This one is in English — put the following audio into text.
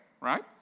right